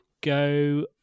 go